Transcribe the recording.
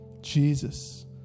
Jesus